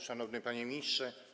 Szanowny Panie Ministrze!